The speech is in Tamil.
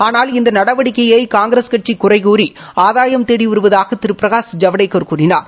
ஆனால் இந்த நடவடிக்கையை காங்கிரஸ் கட்சி குறைகூறி ஆதாயம் தேடி வருவதாக திரு பிரகாஷ் ஐவடேக்கர் கூறினார்